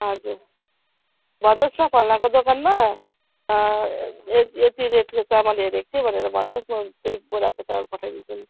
हजुर भन्नुहोस् न फल्नाको दोकानमा यति रेटको चामल हेरेको थिए भनेर भन्नुहोस् न त्यही बोराको चामल पठाइदिन्छु नि